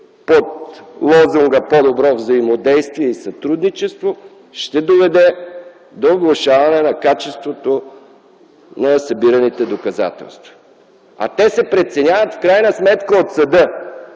под лозунга „По-добро взаимодействие и сътрудничество” ще доведе до влошаването на качеството на събираните доказателства. А те в крайна сметка се